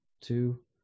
two